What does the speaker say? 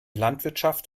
landwirtschaft